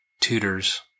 tutors